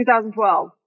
2012